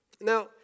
Now